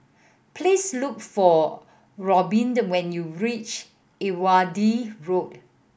please look for Robyn when you reach Irrawaddy Road